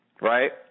right